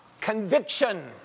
conviction